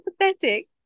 pathetic